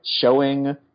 Showing